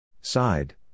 Side